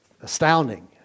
astounding